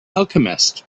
alchemist